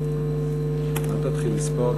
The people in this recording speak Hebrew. אל תתחיל לספור.